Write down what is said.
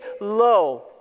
low